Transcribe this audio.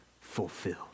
fulfilled